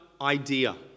idea